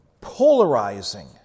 polarizing